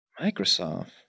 Microsoft